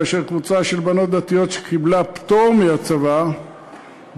כאשר קבוצה של בנות דתיות שקיבלו פטור מהצבא ביקשה